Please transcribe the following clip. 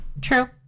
True